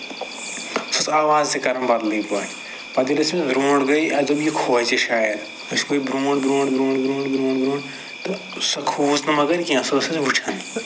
سۅ آواز تہِ کَران بدلٕے پٲٹھۍ پَتہٕ ییٚلہِ أسۍ برٛونٛٹھ گٔے اَسہِ دوٚپ یہِ کھوژِ شاید أسۍ پٔکۍ برٛونٛٹھ برٛونٛٹھ برٛونٛٹھ برٛونٛٹھ برٛونٛٹھ تہٕ سۄ کھوٗژ نہٕ مَگر کیٚنٛہہ سۄ ٲس اَسہِ وُچھان